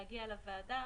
להגיע לוועדה.